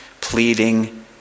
pleading